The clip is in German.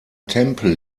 tempel